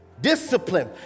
Discipline